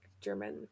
german